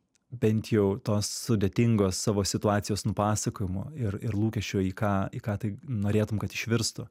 bent jau tos sudėtingos savo situacijos nupasakojimo ir ir lūkesčio į ką į ką taip norėtum kad išvirstų